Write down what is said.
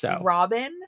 Robin